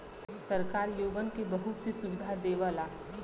सरकार ओगन के बहुत सी सुविधा देवला